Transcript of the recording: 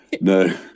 no